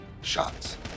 shots